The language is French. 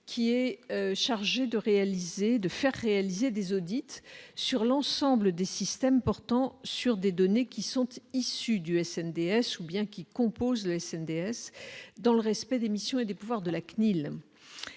qui est chargé de réaliser de faire réaliser des audits sur l'ensemble des systèmes portant sur des données qui sont issus du SNE DS ou bien qui composent le DS dans le respect des missions et des pouvoirs de la CNIL